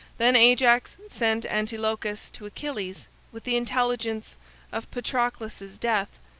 then ajax sent antilochus to achilles with the intelligence of patroclus's death,